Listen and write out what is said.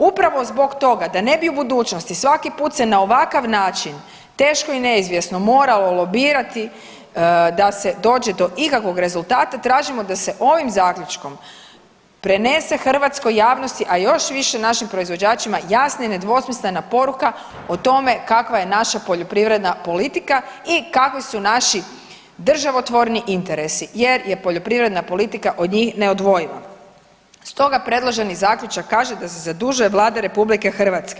Upravo zbog toga da ne bi u budućnosti svaki put se na ovakav način teško i neizvjesno moralo lobirati da se dođe do ikakvog rezultata tražimo da se ovim zaključkom prenese hrvatskoj javnosti, a još više našim proizvođačima jasna i nedvosmislena poruka o tome kakva je naša poljoprivredna politika i kakvi su naši državotvorni interesi jer je poljoprivredna politika od njih neodvojiva, Stoga predloženi zaključak kaže da se zadužuje Vlada RH.